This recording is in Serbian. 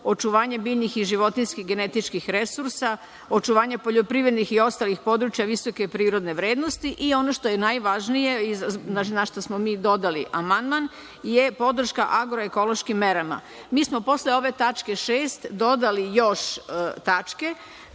očuvanje biljnih i životinjskih genetičkih resursa, očuvanje poljoprivrednih i ostalih područja visoke prirodne vrednosti i ono što je najvažnije, na šta smo mi dodali amandman, je podrška agroekološkim merama. Mi smo posle ove tačke 6) dodali još tačke,